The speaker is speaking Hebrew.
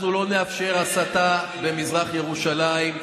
אנחנו לא נאפשר הסתה במזרח ירושלים,